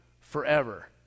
forever